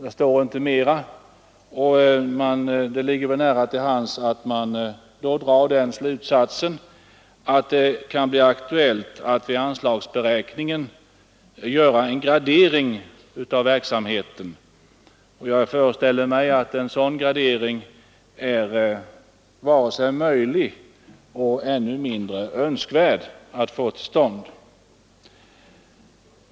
Det är allt, och det ligger väl då nära till hands att dra slutsatsen, att det kan bli aktuellt att vid anslagsberäkningen göra en gradering av verksamheten. Jag föreställer mig att en sådan gradering varken är möjlig eller på något sätt önskvärd att få till stånd.